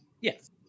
yes